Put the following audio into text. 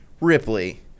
Ripley